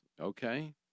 okay